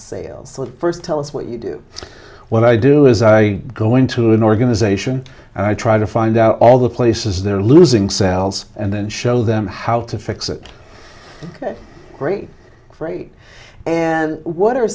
sales first tell us what you do what i do is i go into an organization and i try to find out all the places they're losing sales and then show them how to fix it ok great great and what are